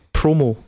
promo